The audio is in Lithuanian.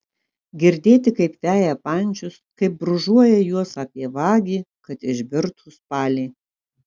girdėti kaip veja pančius kaip brūžuoja juos apie vagį kad išbirtų spaliai